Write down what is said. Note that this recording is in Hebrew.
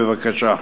בבקשה.